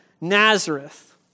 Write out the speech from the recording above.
Nazareth